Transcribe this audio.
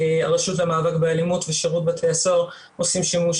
הרשות למאבק באלימות ושירות בתי הסוהר עושים שימוש